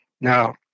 Now